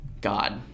God